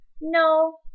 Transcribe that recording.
No